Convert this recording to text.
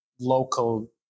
local